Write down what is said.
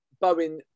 Bowen